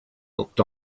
looked